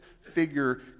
figure